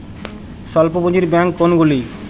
স্বল্প পুজিঁর ব্যাঙ্ক কোনগুলি?